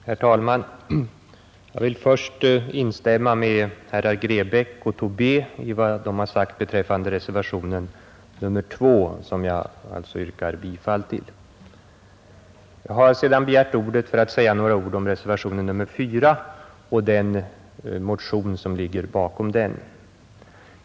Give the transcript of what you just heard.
Herr talman! Jag vill först instämma med herrar Grebäck och Tobé i vad de sagt beträffande reservationen 2, som jag alltså yrkar bifall till. Jag har begärt ordet för att säga något om reservationen 4 och den motion som ligger bakom den.